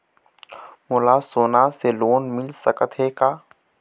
मोला सोना से लोन मिल सकत हे का?